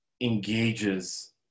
engages